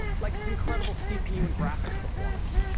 like its incredible cpu and graphics performance,